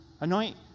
anoint